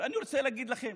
ואני רוצה להגיד לכם